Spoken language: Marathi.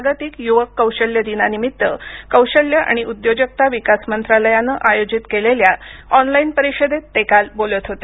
जागतिक युवक कौशल्य दिनानिमित्त कौशल्य आणि उद्योजकता विकास मंत्रालयानं आयोजित केलेल्या ऑनलाईन परिषदेत ते काल बोलत होते